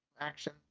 action